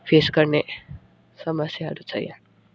face गर्ने समस्याहरू छ यहाँ